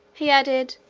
he added,